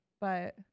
but-